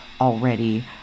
already